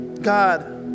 God